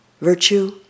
Virtue